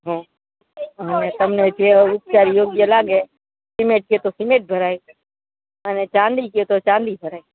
તમને જે વિચાર યોગ્ય લાગે સિમેન્ટ કહો તો સિમેન્ટ ભરાય અને ચાંદી કહો તો ચાંદી ભરાય